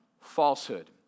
falsehood